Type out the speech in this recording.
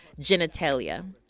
genitalia